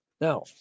Now